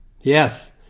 Yes